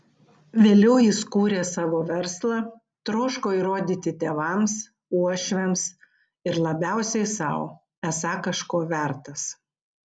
vėliau jis kūrė savo verslą troško įrodyti tėvams uošviams ir labiausiai sau esąs kažko vertas